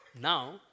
Now